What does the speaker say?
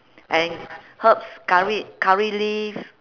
and herbs curry curry leaf